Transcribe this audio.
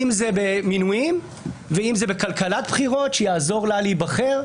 אם זה במינויים ואם זה בכלכלת בחירות שתעזור לה להיבחר.